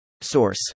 Source